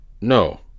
No